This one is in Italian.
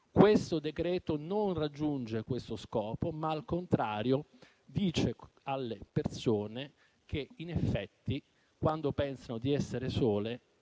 esame non raggiunge questo scopo, ma, al contrario, dice alle persone che, in effetti, quando pensano di essere sole